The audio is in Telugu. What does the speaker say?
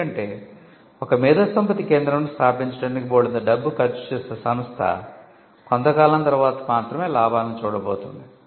ఎందుకంటే ఒక మేధోసంపత్తి కేంద్రంను స్థాపించడానికి బోల్డంత డబ్బు ఖర్చు చేసే సంస్థ కొంతకాలం తర్వాత మాత్రమే లాభాలను చూడబోతోంది